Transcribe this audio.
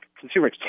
consumer